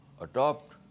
adopt